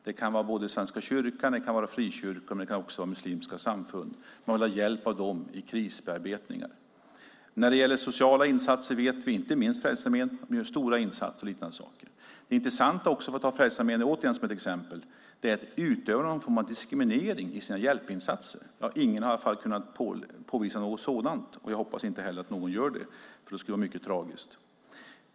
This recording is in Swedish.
Det kan vara Svenska kyrkan, frikyrkor eller muslimska samfund som man vill ha hjälp av med krisbearbetning. Stora sociala insatser görs också, inte minst av Frälsningsarmén. Det är en intressant fråga om Frälsningsarmén utövar någon form av diskriminering i sina hjälpinsatser. Ingen har i alla fall kunnat påvisa något sådant, och jag hoppas inte heller att någon gör det. Det skulle vara mycket tragiskt.